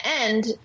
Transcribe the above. end